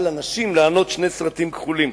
על הנשים לענוד שני סרטים כחולים.